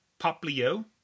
Poplio